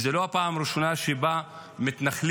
וזו לא פעם ראשונה שבה מתנחלים,